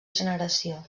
generació